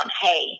hey